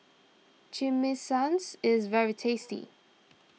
Chimichangas is very tasty